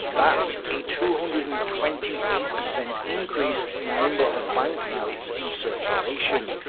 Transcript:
that's a two hundred and twenty eight percent increase in the number of bank notes in circulation.